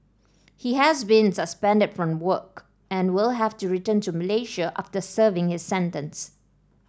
he has been suspended from work and will have to return to Malaysia after serving his sentence